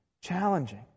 challenging